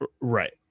Right